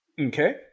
Okay